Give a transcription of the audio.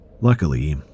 Luckily